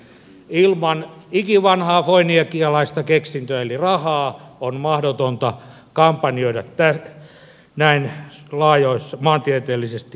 ilman ikivanhaa foinikialaista keksintöä eli rahaa on mahdotonta kampanjoida maantieteellisesti näin laajoissa vaalipiireissä